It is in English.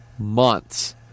months